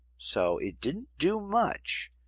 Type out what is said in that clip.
so it didn't do much.